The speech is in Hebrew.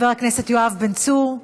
חבר הכנסת יואב בן צור,